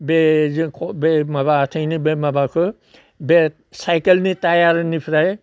बे बे माबा आथिंनि बे माबाखौ बे सायखेलनि टायारनिफ्राय